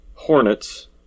Hornets